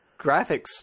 graphics